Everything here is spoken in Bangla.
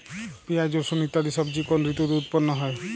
পিঁয়াজ রসুন ইত্যাদি সবজি কোন ঋতুতে উৎপন্ন হয়?